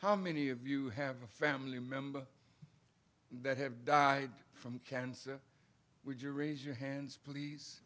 how many of you have a family member that have died from cancer would you raise your hands please